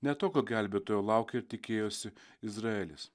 ne tokio gelbėtojo laukėir tikėjosi izraelis